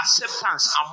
acceptance